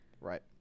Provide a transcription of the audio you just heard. Right